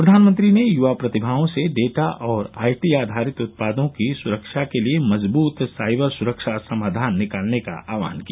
प्रधानमंत्री ने युवा प्रतिभाओं से डेटा और आईटी आधारित उत्पादों की सुरक्षा के लिए मजबूत साइबर सुरक्षा समाधान निकालने का आह्वान किया